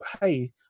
hey